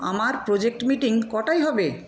আমার project meeting কটায় হবে